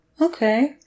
Okay